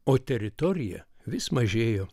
o teritorija vis mažėjo